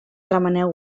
remeneu